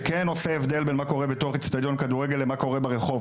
שכן עושה הבדל בין מה קורה באצטדיון כדורגל למה שקורה ברחוב.